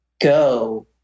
go